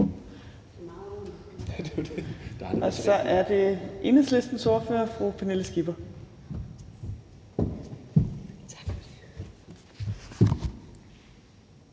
Så er det Enhedslistens ordfører fru Pernille Skipper.